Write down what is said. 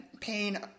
pain